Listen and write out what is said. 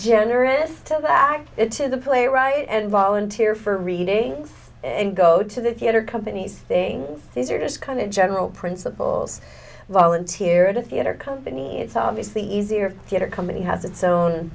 generous to back to the playwright and volunteer for readings and go to the theatre companies thing these are just kind of general principles volunteer at a theatre company it's obviously easier theatre company has its own